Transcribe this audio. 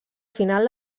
final